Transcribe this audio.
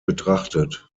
betrachtet